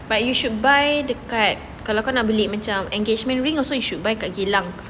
but you should buy dekat kalau kau nak beli macam engagement ring also you should buy at geylang